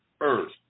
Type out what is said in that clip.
earth